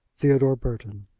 theodore burton.